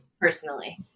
Personally